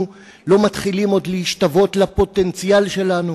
לא מתחילים עוד להשתוות לפוטנציאל שלנו